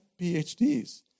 PhDs